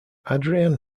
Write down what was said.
adrian